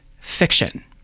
fiction